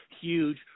huge